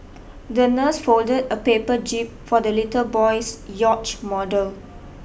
the nurse folded a paper jib for the little boy's yacht model